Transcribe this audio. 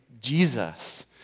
Jesus